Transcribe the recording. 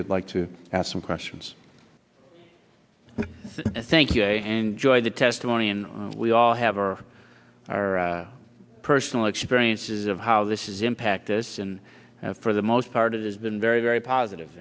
you'd like to ask some questions thank you and join the testimony and we all have our our personal experiences of how this is impact this and for the most part it's been very very positive